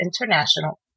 International